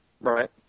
Right